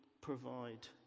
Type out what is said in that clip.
provide